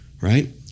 right